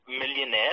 Millionaire